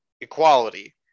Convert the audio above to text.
equality